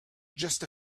just